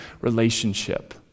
relationship